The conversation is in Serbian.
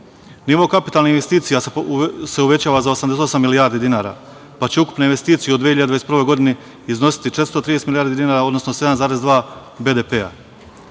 kapitalnih investicija se uvećava za 78 milijardi dinara, pa će ukupne investicije u 2021. godini iznositi 430 milijardi dinara, odnosno 7,2%